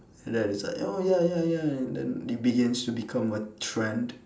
then it's like oh ya ya ya then it begins to become a trend